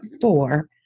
four